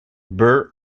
burr